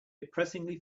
depressingly